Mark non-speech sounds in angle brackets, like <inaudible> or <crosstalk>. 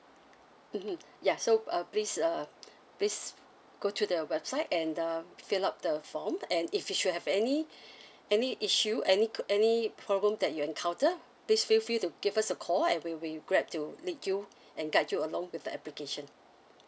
mmhmm ya so uh please uh please go to the website and uh fill up the form and if you should have any <breath> any issue any any problem that you encounter please feel free to give us a call and we'll be glad to lead you and guide you along with the application